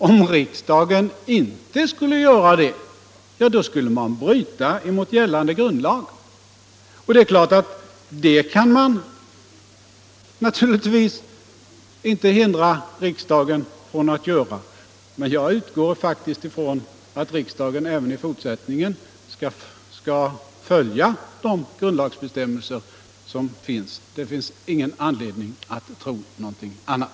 Om riksdagen inte gör det skulle den bryta mot gällande grundlag. Det är klart att detta inte kan förhindras, men jag utgår faktiskt ifrån att riksdagen även i fortsättningen skall följa grundlagsbestämmelserna. Det finns ingen anledning att tro någonting annat.